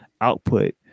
output